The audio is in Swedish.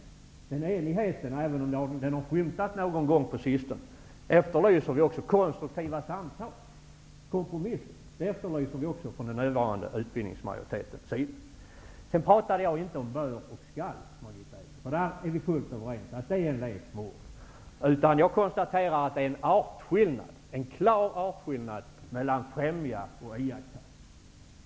Förutom en enighet -- i och för sig har väl en sådan skymtat någon gång på sistone -- efterlyser vi konstruktiva samtal. Kompromisser efterlyser vi också från den nuvarande utskottsmajoritetens sida. Jag pratade inte om ''bör'' och ''skall'', Margitta Edgren. Vi är helt överens om att det är fråga om en lek med ord i det avseendet. Däremot konstaterar jag att det finns en klar artskillnad mellan ''främja'' och ''iaktta''.